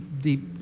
deep